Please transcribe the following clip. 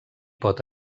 pot